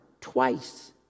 twice